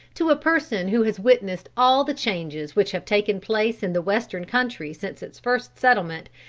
to a person who has witnessed all the changes which have taken place in the western country since its first settlement,